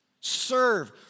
serve